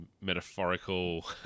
metaphorical